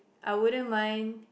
I wouldn't mind